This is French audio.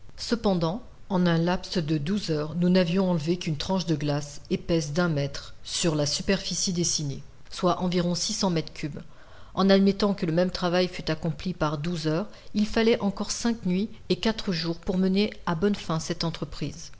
cependant en un laps de douze heures nous n'avions enlevé qu'une tranche de glace épaisse d'un mètre sur la superficie dessinée soit environ six cents mètres cubes en admettant que le même travail fût accompli par douze heures il fallait encore cinq nuits et quatre jours pour mener à bonne fin cette entreprise